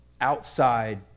outside